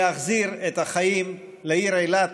להחזיר את החיים לעיר אילת,